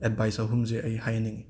advice ꯑꯍꯨꯝꯁꯦ ꯑꯩ ꯍꯥꯏꯅꯤꯡꯏ